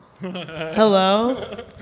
Hello